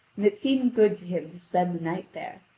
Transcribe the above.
and it seemed good to him to spend the night there,